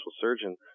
surgeon